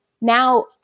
now